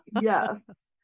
yes